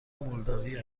مولداوی